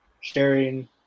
sharing